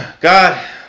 God